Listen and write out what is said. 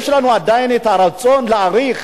יש לנו עדיין הרצון להעריך